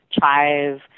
chive